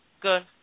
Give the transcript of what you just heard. Good